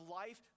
life